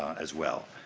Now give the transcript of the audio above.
as well.